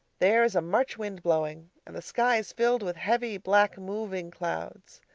there is a march wind blowing, and the sky is filled with heavy, black moving clouds.